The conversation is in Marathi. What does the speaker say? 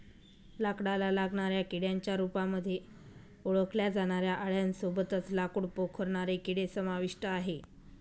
लाकडाला लागणाऱ्या किड्यांच्या रूपामध्ये ओळखल्या जाणाऱ्या आळ्यां सोबतच लाकूड पोखरणारे किडे समाविष्ट आहे